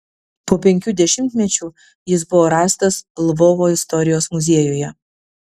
po penkių dešimtmečių jis buvo rastas lvovo istorijos muziejuje